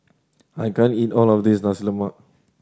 I can't eat all of this Nasi Lemak